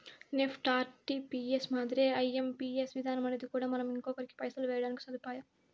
NEFT, RTGS మాదిరే IMPS విధానమనేది కూడా మనం ఇంకొకరికి పైసలు వేయడానికి సదుపాయం